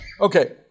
Okay